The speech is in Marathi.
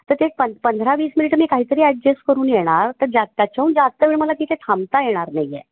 तर ते एक पं पंधरा वीस मिनिटं मी काहीतरी ॲडजस करून येणार तर ज्या त्याच्याहून जास्त वेळ मला तिथे थांबता येणार नाही हे